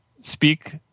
speak